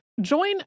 Join